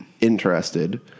interested